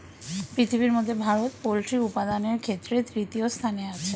পৃথিবীর মধ্যে ভারত পোল্ট্রি উপাদানের ক্ষেত্রে তৃতীয় স্থানে আছে